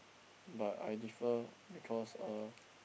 but I differ because uh